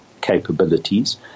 capabilities